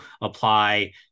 apply